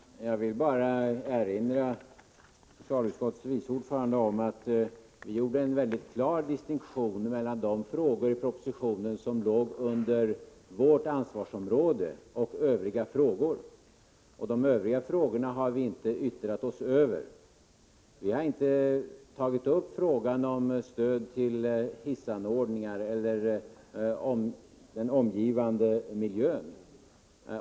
Herr talman! Jag vill bara erinra socialutskottets vice ordförande om att vi gjorde en mycket klar distinktion mellan de frågor i propositionen som sorterade under vårt ansvarsområde och övriga frågor. De övriga frågorna har vi inte yttrat oss över. Vi har inte tagit upp frågan om stöd till hissanordningar eller frågan om den omkringgivande miljön.